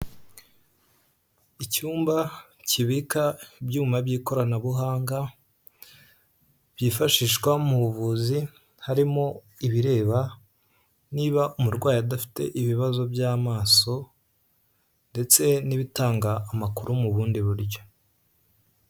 Icyumba kibika ibyuma by'ikoranabuhanga byifashishwa mu buvuzi, harimo ibireba niba umurwayi adafite ibibazo by'amaso, ndetse n'ibitanga amakuru mu bundi buryo.